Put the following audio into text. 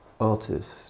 artist